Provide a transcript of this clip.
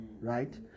right